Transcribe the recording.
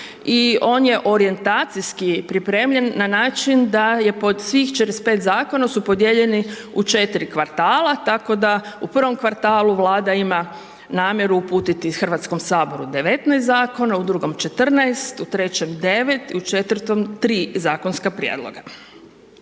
i on je orijentacijski pripremljen na način da je pod svih 45 zakona su podijeljeni u 4 kvartala tako da u prvom kvartalu Vlada ima namjeru uputiti Hrvatskom saboru 19 zakona, u drugom 14, u trećem 9 i u četvrtom 3 zakonska prijedloga.